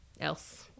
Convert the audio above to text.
else